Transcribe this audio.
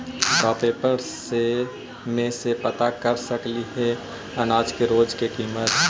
का पेपर में से पता कर सकती है अनाज के रोज के किमत?